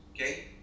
okay